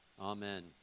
Amen